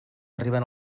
arriben